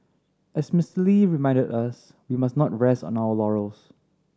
as Mister Lee reminded us we must not rest on our laurels